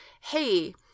hey